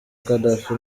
gaddafi